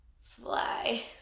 fly